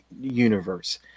universe